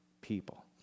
people